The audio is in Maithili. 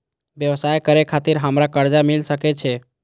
व्यवसाय करे खातिर हमरा कर्जा मिल सके छे?